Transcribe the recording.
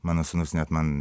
mano sūnus net man